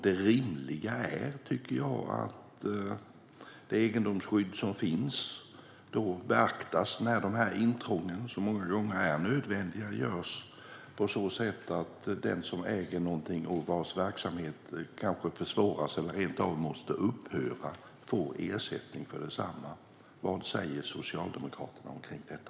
Det rimliga är, tycker jag, att det egendomsskydd som finns beaktas när dessa intrång, som många gånger är nödvändiga, görs på ett sådant sätt att den som äger någonting och vars verksamhet kanske försvåras eller rent av måste upphöra får ersättning för densamma. Vad säger Socialdemokraterna om detta?